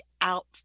out